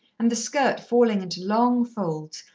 and the skirt falling into long folds,